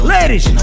Ladies